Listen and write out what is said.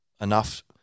enough